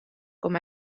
com